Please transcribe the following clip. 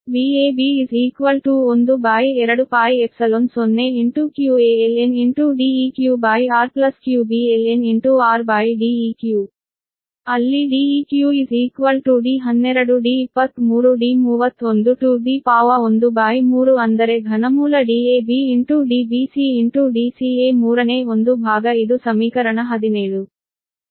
ಆದ್ದರಿಂದ Vab 12π0qaln Deqr qbln rDeq ಅಲ್ಲಿ Deq13 ಅಂದರೆ ಘನಮೂಲ Dab Dbc Dca ಮೂರನೇ ಒಂದು ಭಾಗ ಇದು ಸಮೀಕರಣ 17